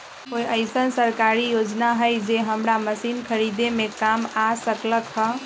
कोइ अईसन सरकारी योजना हई जे हमरा मशीन खरीदे में काम आ सकलक ह?